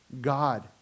God